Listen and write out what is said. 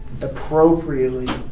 appropriately